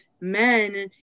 men